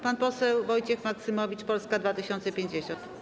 Pan poseł Wojciech Maksymowicz, Polska 2050.